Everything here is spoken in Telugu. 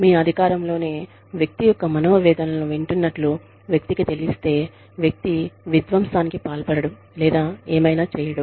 మీ అధికారంలోనే వ్యక్తి యొక్క మనోవేదనలను వింటున్నట్లు వ్యక్తికి తెలిస్తే వ్యక్తి విధ్వంసానికి పాల్పడడు లేదా ఏమైనా చేయడు